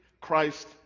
Christ